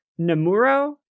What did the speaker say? namuro